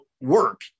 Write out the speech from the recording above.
work